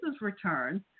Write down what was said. returns